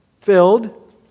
filled